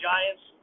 Giants